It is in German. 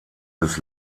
des